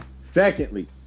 Secondly